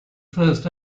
first